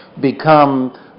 become